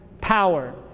power